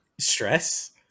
Stress